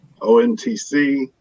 ONTC